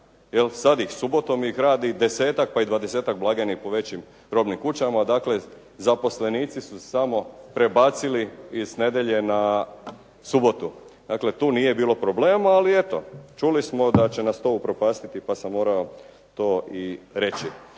sad ih subotom radi 10-tak pa i 20-tak blagajni po većim robnim kućama, dakle zaposlenici su samo prebacili s nedjelje na subotu. Dakle, tu nije bilo problema, ali eto, čuli smo da će nas to upropastiti pa sam morao to i reći.